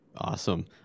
Awesome